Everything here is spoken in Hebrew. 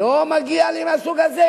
לא "מגיע לי" מהסוג הזה,